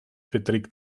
beträgt